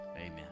Amen